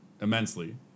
immensely